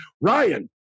ryan